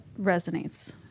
resonates